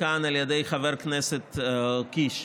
כאן על ידי חבר הכנסת קיש,